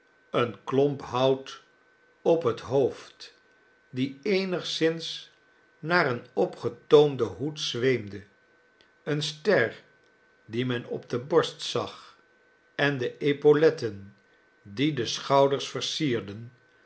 een klomp hout op het hoofd die eenigszins naar een opgetoomden hoed zweemde eene ster die men op de borst zag en de epauletten die de schouders versierden